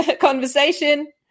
conversation